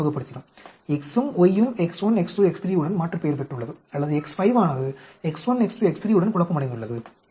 X ம் Y ம் X1 X2 X3 உடன் மாற்றுபெயர் பெற்றுள்ளது அல்லது X5 ஆனது X1 X2 X3 உடன் குழப்பமடைந்துள்ளது